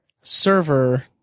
server